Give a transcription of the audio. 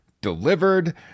delivered